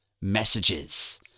messages